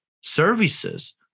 services